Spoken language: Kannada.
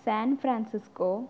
San Francisco